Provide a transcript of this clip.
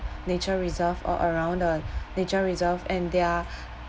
nature reserve or around the nature reserve and they're